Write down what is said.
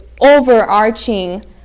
overarching